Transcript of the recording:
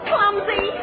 Clumsy